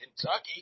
Kentucky